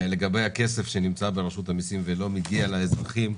לגבי הכסף שנמצא ברשות המסים ולא מגיע לאזרחים,